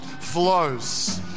flows